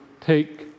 take